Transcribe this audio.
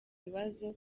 bibazo